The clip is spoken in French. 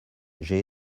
j’ai